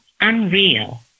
unreal